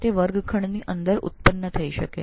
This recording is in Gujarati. તેને વર્ગખંડમાં ઉત્પન્ન કરી શકાય છે